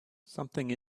something